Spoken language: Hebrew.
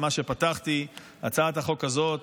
למה שפתחתי בו: הצעת החוק הזאת,